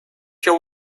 your